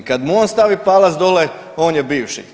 Kad mu on stavi palac dole, on je bivši.